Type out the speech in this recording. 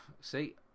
see